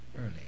Early